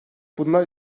bunlar